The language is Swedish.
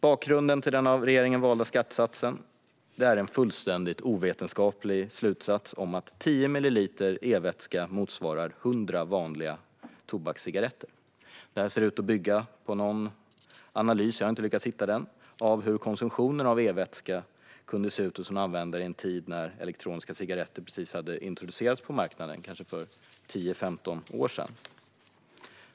Bakgrunden till den av regeringen valda skattesatsen är en fullständigt ovetenskaplig slutsats om att tio milliliter e-vätska motsvarar 100 vanliga tobakscigaretter. Detta ser ut att bygga på en analys - jag har inte lyckats hitta den - av hur konsumtionen av e-vätska kunde se ut hos en användare i en tid när elektroniska cigaretter precis hade introducerats på marknaden, kanske för 10-15 år sedan.